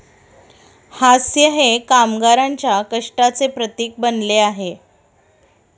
हास्य हे कामगारांच्या कष्टाचे प्रतीक बनले आहे